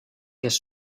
kes